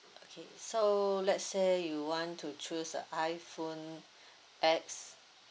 okay so let's say you want to choose iPhone X